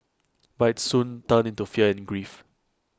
but IT soon turned into fear and grief